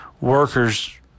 workers